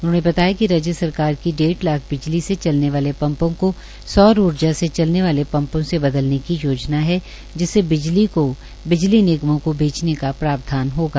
उन्होंने बताया कि राज्य सरकार द्वारा भी राज्य में डेढ़ लाख बिजली से चलने वाले पम्पों को सौर ऊर्जा से चलने वाले पम्पों से बदलने की योजना है जिससे बिजली निगमों को बेचने का प्रावधान होगा